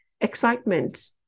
excitement